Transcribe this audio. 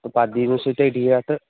تہٕ پَتہٕ دیٖوٕ سُہ تۅہہِ ڈیٹ